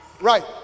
right